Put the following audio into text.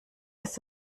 ist